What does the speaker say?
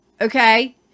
okay